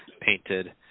painted